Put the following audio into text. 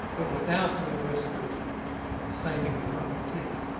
but without the the risk of staining the permanent teeth.